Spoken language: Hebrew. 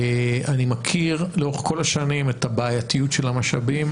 אני מכיר לאורך כל השנים את הבעייתיות של המשאבים,